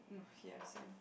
no yeah same